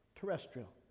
terrestrial